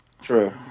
True